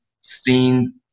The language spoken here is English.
seen